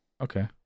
Okay